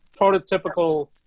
prototypical